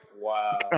Wow